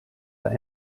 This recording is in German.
der